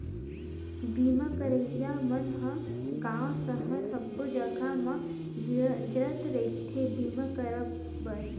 बीमा करइया मन ह गाँव सहर सब्बो जगा म गिंजरत रहिथे बीमा करब बर